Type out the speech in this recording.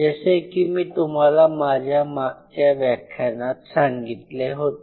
जसे की मी तुम्हाला माझ्या मागच्या व्याख्यानात सांगितले होते